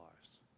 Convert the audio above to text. lives